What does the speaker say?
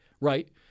right